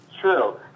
True